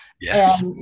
Yes